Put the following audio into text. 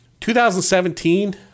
2017